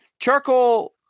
Charcoal